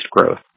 growth